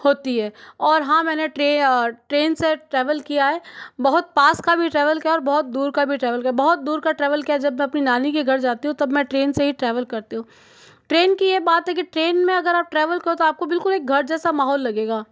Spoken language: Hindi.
होती है और हाँ मैंने ट्रे ट्रेन से ट्रैवल किया है बहुत पास का भी ट्रैवल किया और बहुत दूर का भी ट्रैवल किया बहुत दूर का ट्रैवल किया जब मैं अपनी नानी के घर जाती हूँ तब मैं ट्रेन से ही ट्रैवल करती हूँ ट्रेन की एक बात है की ट्रेन में अगर आप ट्रैवल को तो आपको बिल्कुल एक घर जैसा माहौल लगेगा